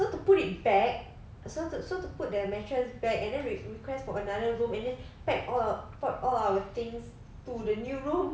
so to put it back so so to put the mattress back and then we request for another room and then pack all pack all our things to the new room